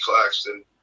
Claxton